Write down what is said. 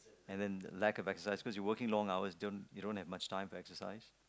and then the lack of exercise cause you're working long hours you don't you don't have much time for exercise